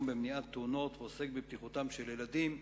במניעת תאונות ועוסק בבטיחותם של ילדים.